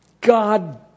God